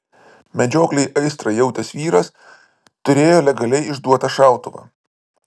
medžioklei aistrą jautęs vyras turėjo legaliai išduotą šautuvą